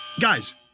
Guys